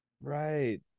Right